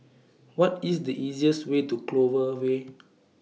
What IS The easiest Way to Clover Way